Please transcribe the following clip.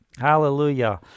Hallelujah